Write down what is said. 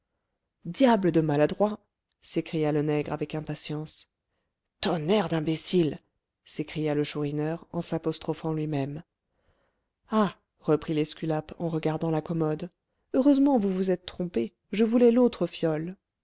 diable de maladroit s'écria le nègre avec impatience tonnerre d'imbécile s'écria le chourineur en s'apostrophant lui-même ah reprit l'esculape en regardant la commode heureusement vous vous êtes trompé je voulais l'autre fiole